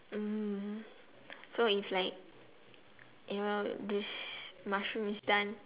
mm so if like it will this mushroom is done